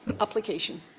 application